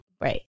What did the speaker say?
Right